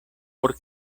por